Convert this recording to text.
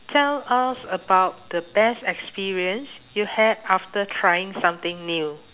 tell us about the best experience you had after trying something new